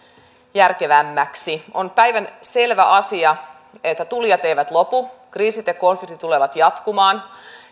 järkevämmäksi on päivänselvä asia että tulijat eivät lopu kriisit ja konfliktit tulevat jatkumaan